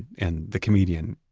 and the comedian,